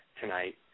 tonight